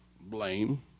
Blame